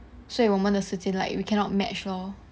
所以我们的时间 like we cannot match lor